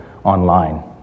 online